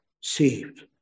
saved